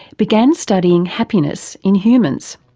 began studying happiness in humans.